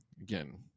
again